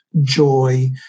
joy